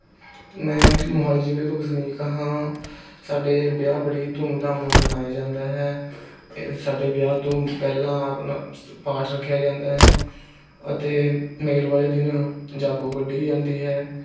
ਮੈਂ ਮੋਹਾਲੀ ਜ਼ਿਲ੍ਹੇ ਤੋਂ ਵਸਨੀਕ ਹਾਂ ਸਾਡੇ ਵਿਆਹ ਬੜੀ ਧੂਮਧਾਮ ਨਾਲ ਮਨਾਇਆ ਜਾਂਦਾ ਹੈ ਸਾਡੇ ਵਿਆਹ ਤੋਂ ਪਹਿਲਾਂ ਆਪਣਾ ਪਾਠ ਰੱਖਿਆ ਜਾਂਦਾ ਹੈ ਅਤੇ ਮੇਲ ਵਾਲੇ ਦਿਨ ਜਾਗੋ ਕੱਢੀ ਜਾਂਦੀ ਹੈ